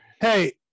Hey